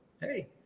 hey